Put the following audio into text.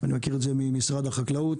אני מכיר את זה ממשרד החקלאות,